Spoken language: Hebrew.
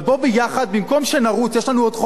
אבל בוא ביחד, במקום שנרוץ, יש לנו עוד חודש.